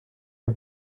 are